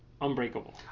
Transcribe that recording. Unbreakable